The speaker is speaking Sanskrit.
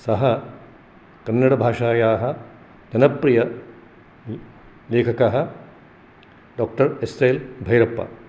सः कन्नडभाषायाः जनप्रियलेखकः डाक्टर् एस् एल् भैरप्पा